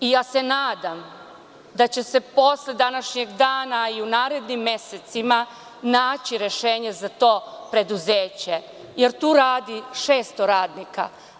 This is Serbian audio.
Nadam se da će se posle današnjeg dana i u narednim mesecima naći rešenje za to preduzeće, jer tu radi 600 radnika.